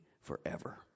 forever